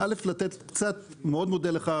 אני מאוד מודה לך,